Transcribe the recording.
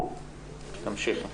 תמשיכי.